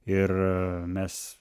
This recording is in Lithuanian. ir mes